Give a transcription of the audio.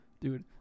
Dude